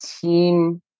team